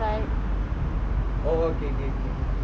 oo oh okay okay